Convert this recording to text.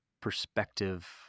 perspective